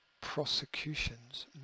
prosecutions